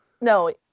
No